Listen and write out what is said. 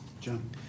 John